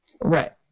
Right